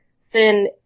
sin